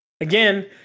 again